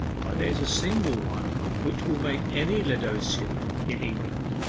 but there is a single one which will make any laodicean in england,